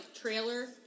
trailer